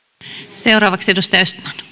seuraavaksi edustaja östman